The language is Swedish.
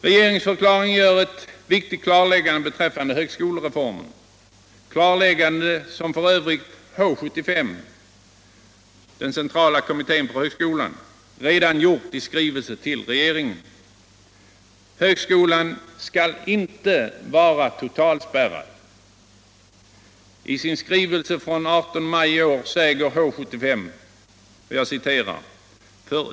Regceringsdeklarationen gör ett viktigt klarläggande beträffande högskolereformen — ewt klarläggande som f. ö. H 75, den centrala Kommittén för högskolan, redan gjort i skrivelse ull regeringen. Högskolan skall inte vara totalspärrad. I sin skrivelse av den 18 maj i år säger H 75: ”För.